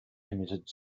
committed